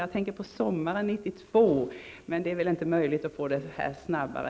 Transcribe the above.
Jag tänker på sommaren 1992, men det är väl inte möjligt att få det snabbare.